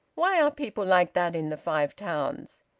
why are people like that in the five towns?